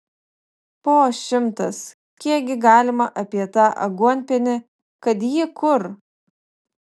po šimtas kiekgi galima apie tą aguonpienį kad jį kur